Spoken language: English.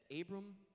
Abram